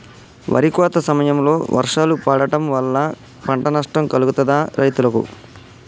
వరి కోత సమయంలో వర్షాలు పడటం వల్ల పంట నష్టం కలుగుతదా రైతులకు?